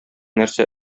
нәрсә